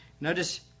Notice